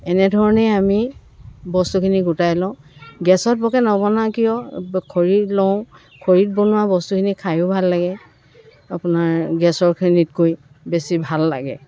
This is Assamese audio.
এনেধৰণে আমি বস্তুখিনি গোটাই লওঁ গেছত বৰকৈ নবনাওঁ কিয় খৰি লওঁ খৰিত বনোৱা বস্তুখিনি খায়ো ভাল লাগে আপোনাৰ গেছৰখিনিতকৈ বেছি ভাল লাগে